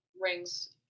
rings